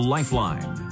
Lifeline